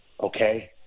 Okay